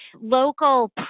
local